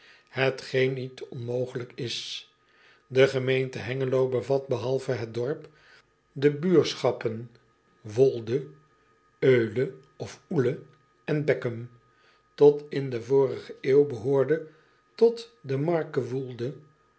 hetgeen niet onmogelijk is e gemeente engelo bevat behalve het dorp de buurschappen oolde ule of ele en eckum ot in de vorige eeuw behoorde tot de marke oolde